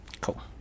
Cool